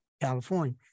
California